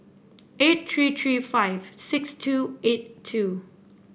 eight three three five six two eight two